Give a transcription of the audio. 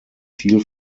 viel